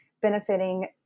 benefiting